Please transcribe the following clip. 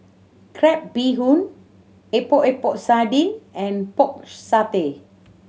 crab bee hoon Epok Epok Sardin and Pork Satay